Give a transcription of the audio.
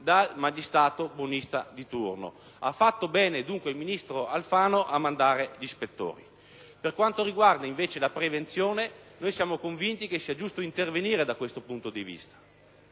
dal magistrato buonista di turno. Ha fatto bene, dunque, il ministro Alfano ad inviare gli ispettori. Per quanto riguarda la prevenzione, siamo convinti che sia giusto intervenire da questo punto di vista.